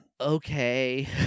okay